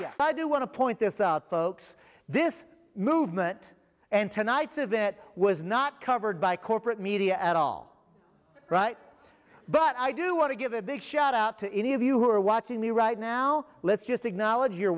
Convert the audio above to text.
but i do want to point this out folks this movement and tonight's of that was not covered by corporate media at all right but i do want to give a big shout out to any of you who are watching me right now let's just acknowledge you're